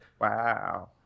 wow